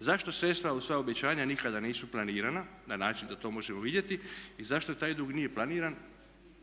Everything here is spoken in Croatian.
zašto sredstva uz sva obećanja nikada nisu planirana na način da to možemo vidjeti i zašto taj dug nije planiran,